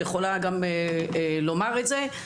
היא יכולה לומר את זה.